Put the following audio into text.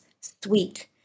sweet